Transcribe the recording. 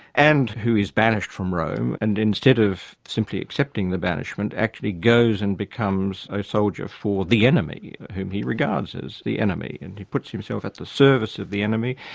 and who is banished from rome and instead of simply accepting the banishment actually goes and becomes a soldier for the enemy, whom he regards as the enemy, and he puts himself at the service of the enemy,